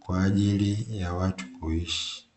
kwa ajili ya watu kuishi.